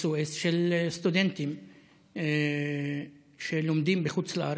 SOS, של סטודנטים שלומדים בחוץ לארץ,